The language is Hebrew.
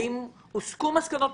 האם הוסקו מסקנות?